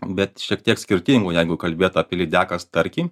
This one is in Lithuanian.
bet šiek tiek skirtingų jeigu kalbėt apie lydeką starkį